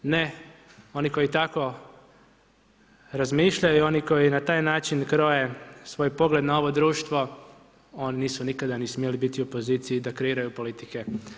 Ne oni koji tako razmišljaju, oni koji na taj način kroje svoj pogled na ovo društvo, oni nikada nisu ni smjeli biti u poziciji da kreiraju politike.